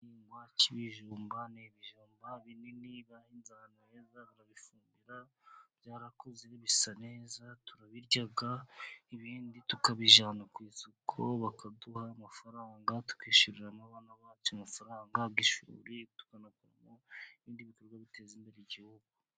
Igihingwa cy'ibijumba, ni ibijumba binini bahinze ahantu heza turabifumbira byarakuze bisa neza, turabirya ibindi tukabijyana ku isoko, bakaduha amafaranga twishyuriramo abana bacu amafaranga y'ishuri, tukanakoramo ibindi bikorwa biteza imbere igihugu.